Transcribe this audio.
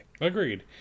Agreed